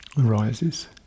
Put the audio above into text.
arises